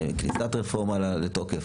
כניסת הרפורמה לתוקף,